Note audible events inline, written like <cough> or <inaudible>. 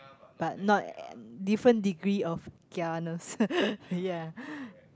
but not <noise> different degree of kianess <laughs> ya